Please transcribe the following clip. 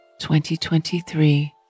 2023